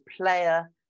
player